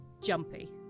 jumpy